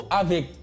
avec